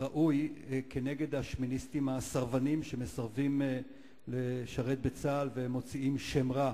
ראוי כנגד השמיניסטים הסרבנים שמסרבים לשרת בצה"ל ומוציאים שם רע